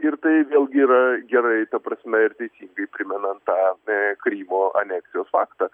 ir tai vėlgi yra gerai ta prasme ir teisingai primenant tą krymo aneksijos faktą